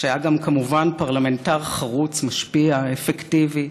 שהיה גם כמובן פרלמנטר חרוץ, משפיע, אפקטיבי.